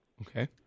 Okay